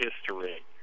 history